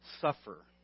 suffer